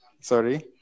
Sorry